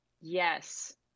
Yes